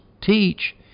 teach